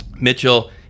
Mitchell